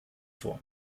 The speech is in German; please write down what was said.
vor